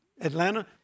Atlanta